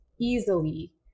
easily